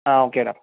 ஆ ஓகேடா